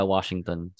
Washington